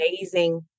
amazing